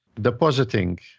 depositing